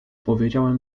powiedziałem